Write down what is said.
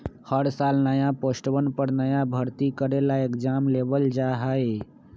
हर साल नया पोस्टवन पर नया भर्ती करे ला एग्जाम लेबल जा हई